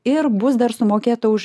ir bus dar sumokėta už